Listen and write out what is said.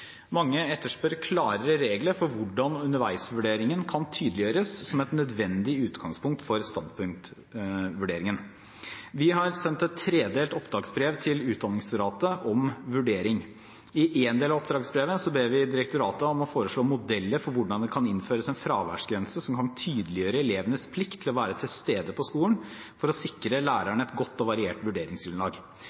Mange etterspør klarere regler for hvordan underveisvurderingen kan tydeliggjøres som et nødvendig utgangspunkt for standpunktvurderingen. Vi har sendt et tredelt oppdragsbrev til Utdanningsdirektoratet om vurdering. I en av delene av oppdragsbrevet ber vi direktoratet om å foreslå modeller for hvordan det kan innføres en fraværsgrense som kan tydeliggjøre elevenes plikt til å være til stede på skolen for å sikre lærerne et godt og variert vurderingsgrunnlag.